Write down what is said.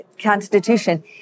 constitution